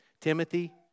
Timothy